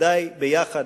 כדאי ביחד,